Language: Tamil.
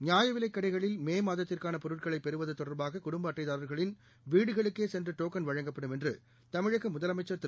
நியாயவிலைக்கடைகளில்மேமாதத்திற்கானபொருட்களைப்பெறுவதுதொ டர்பாககுடும்பஅட்டைதாரர்களின்வீடுகளுக்கேசென்றுடோக்கன்வழங்கப்ப டும்என்றுதமிழகமுதலமைச்சர்திரு